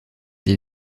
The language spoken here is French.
des